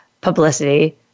publicity